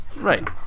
Right